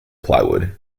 plywood